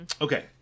Okay